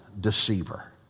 deceiver